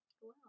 wow